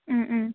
उम उम